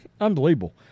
Unbelievable